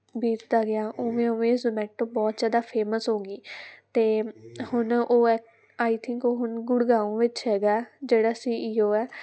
ਬੀਤਦਾ ਗਿਆ ਉਵੇਂ ਉਵੇਂ ਇਹ ਜਮੈਟੋ ਬਹੁਤ ਜ਼ਿਆਦਾ ਫੇਮਸ ਹੋ ਗਈ ਅਤੇ ਹੁਣ ਉਹ ਆਈ ਥਿੰਕ ਉਹ ਹੁਣ ਗੁੜਗਾਂਓ ਵਿੱਚ ਹੈਗਾ ਜਿਹੜਾ ਸੀ ਈ ਓ ਹੈ